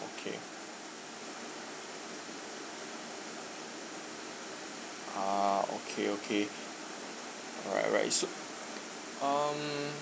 okay ah okay okay alright alright it's uh um